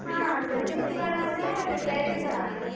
हाँ सर्विस भी करवाना है और रिपेयर भी कराना है